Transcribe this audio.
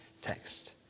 text